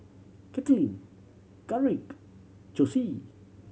Kaitlin Garrick Josie